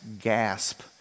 gasp